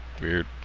weird